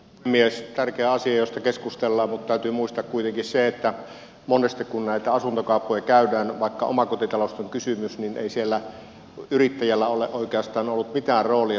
tärkeä asia josta keskustellaan mutta täytyy muistaa kuitenkin se että monesti kun näitä asuntokauppoja käydään vaikka omakotitalosta on kysymys niin ei siellä yrittäjällä ole oikeastaan ollut mitään roolia siinä rakentamisessa